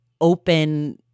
open